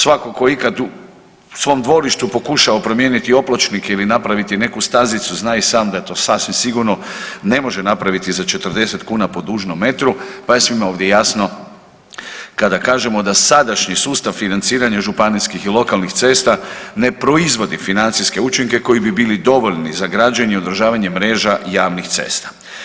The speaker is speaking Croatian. Svatko tko je ikad u svom dvorištu pokušao promijeniti opločnike ili napraviti neku stazicu zna i sam da to sasvim sigurno ne može napraviti za 40 kuna po dužnom metru, pa je svima ovdje jasno kada kažemo da sadašnji sustav financiranja županijskih i lokalnih cesta ne proizvodi financijske učinke koji bi bili dovoljni za građenje i održavanje mreža javnih cesta.